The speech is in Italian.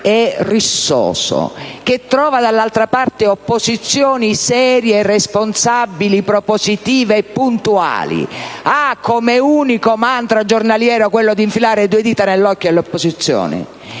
e rissoso, e che trova dall'altra parte opposizioni serie, responsabili, propositive e puntuali, ha come unico mantra giornaliero infilare due dita nell'occhio alle opposizioni?